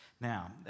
Now